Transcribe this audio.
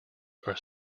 are